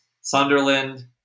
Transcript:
Sunderland